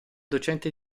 docente